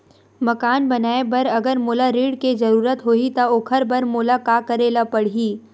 मकान बनाये बर अगर मोला ऋण के जरूरत होही त ओखर बर मोला का करे ल पड़हि?